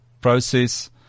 process